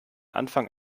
anfang